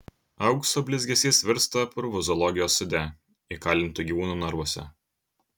aukso blizgesys virsta purvu zoologijos sode įkalintų gyvūnų narvuose